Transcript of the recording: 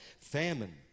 Famine